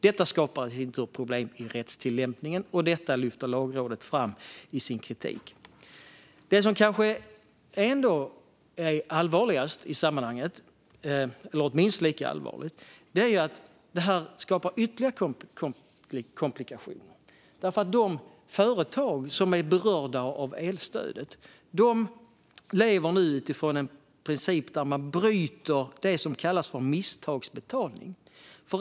Det skapar problem i rättstillämpningen, och detta lyfter Lagrådet fram i sin kritik. Det som kanske ändå är allvarligast i sammanhanget, eller åtminstone minst lika allvarligt, är att detta skapar ytterligare komplikationer. De företag som är berörda av elstödet lever nu utifrån en princip där man bryter det som kallas misstagsbetalning.